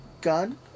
gun